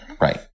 right